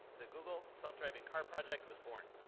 the google self-driving car project was born.